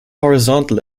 horizontal